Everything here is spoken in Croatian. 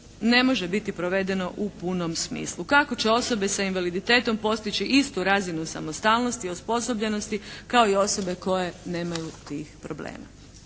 ne može biti provedeno u punom smislu, kako će osobe sa invaliditetom postići istu razinu samostalnosti i osposobljenosti kao i osobe koje nemaju tih problema.